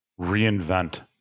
reinvent